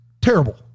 Terrible